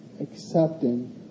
accepting